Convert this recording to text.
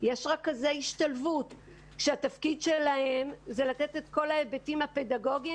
רכזי השתלבות שהתפקיד שלהם הוא לתת את כל ההיבטים הפדגוגיים